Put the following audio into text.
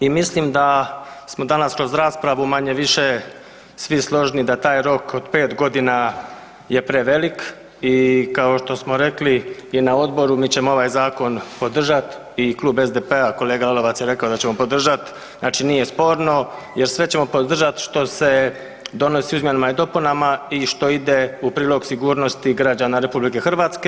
I mislim da smo danas kroz raspravu manje-više svi složni da taj rok od pet godina je prevelik i kao što smo rekli i na odboru, mi ćemo ovaj zakon podržati i klub SDP-a kolega Lalovac je rekao da ćemo podržati, znači nije sporno jer sve ćemo podržat što se donosi u izmjenama i dopunama i što ide u prilog sigurnosti građana RH.